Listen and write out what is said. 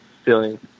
feeling